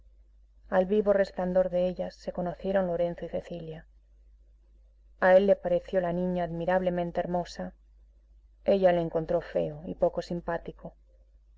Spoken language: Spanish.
al vivo resplandor de ellas se conocieron lorenzo y cecilia a él le pareció la niña admirablemente hermosa ella le encontró feo y poco simpático